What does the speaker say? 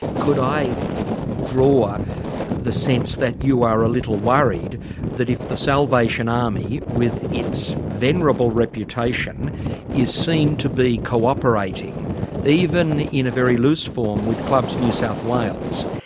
could i draw the sense that you are a little worried that if the salvation army with its venerable reputation is seen to be cooperating even in a very loose form with clubs new south wales,